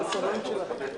מי נגד?